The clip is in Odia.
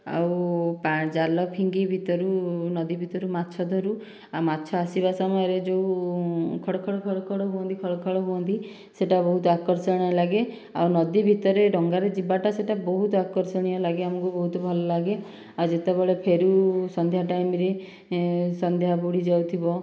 ଆଉ ଜାଲ ଫିଙ୍ଗି ଭିତରୁ ନଦୀ ଭିତରୁ ମାଛ ଧରୁ ଆଉ ମାଛ ଆସିବା ସମୟରେ ଯେଉଁ ଖଡ଼ ଖଡ଼ ଖଡ଼ ଖଡ଼ ହୁଅନ୍ତି ସେଇଟା ବହୁତ ଆକର୍ଷଣୀୟ ଲାଗେ ଆଉ ନଦୀ ଭିତରେ ଡ଼ଙ୍ଗାରେ ଯିବାଟା ସେଇଟା ବହୁତ ଆକର୍ଷଣୀୟ ଲାଗେ ଆମକୁ ବହୁତ ଭଲ ଲାଗେ ଆଉ ଯେତେବେଳେ ଫେରୁ ସନ୍ଧ୍ୟା ଟାଇମରେ ସନ୍ଧ୍ୟା ବୁଡ଼ି ଯାଉଥିବ